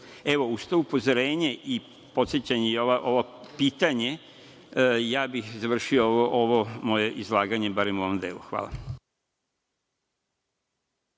uz to upozorenje i podsećanje i ovo pitanje, ja bih završio ovo moje izlaganje barem u ovom delu. Hvala.